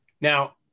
Now